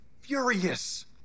furious